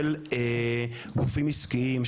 של גופים עסקיים,